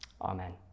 Amen